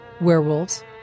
Werewolves